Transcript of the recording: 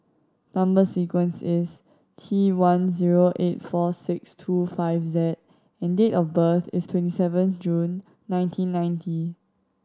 number sequence is T one zero eight four six two five Z and date of birth is twenty seven June nineteen ninety